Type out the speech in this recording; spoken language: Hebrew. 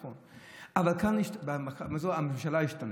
נכון, אבל הממשלה השתנתה,